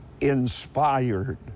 inspired